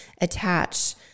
attach